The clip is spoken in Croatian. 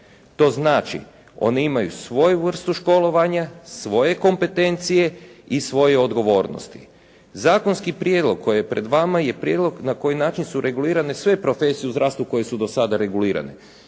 To znači, one imaju svoju vrstu školovanja, svoje kompetencije i svoje odgovornosti. Zakonski prijedlog koji je pred vama je prijedlog na koji način su regulirane sve profesije u zdravstvu koje su do sada regulirane.